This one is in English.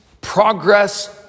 progress